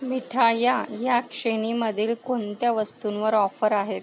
मिठाया या श्रेणीमधील कोणत्या वस्तूंवर ऑफर आहेत